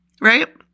right